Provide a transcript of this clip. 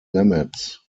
limits